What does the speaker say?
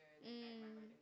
mm